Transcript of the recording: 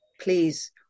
please